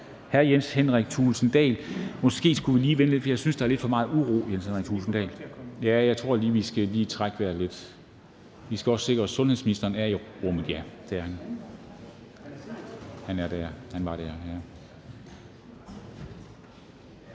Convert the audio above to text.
hr. Jens Henrik Thulesen Dahl. Måske skulle vi lige vente lidt, for jeg synes, der er lidt for meget uro, hr. Jens Henrik Thulesen Dahl. Jeg tror lige, vi skal trække vejret lidt. Vi skal også sikre os, at sundhedsministeren er i rummet. Ja, det er han. Så har vi ro